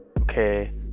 okay